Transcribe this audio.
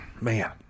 Man